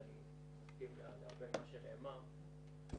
ואני מסכים להרבה ממה שנאמר.